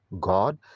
God